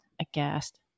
aghast